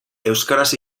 euskaraz